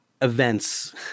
events